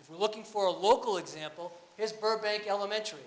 if we're looking for a local example is burbank elementary